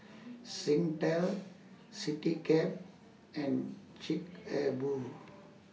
Singtel Citycab and Chic A Boo